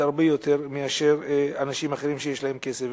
הרבה יותר מאשר אנשים אחרים שיש להם כסף.